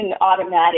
automatic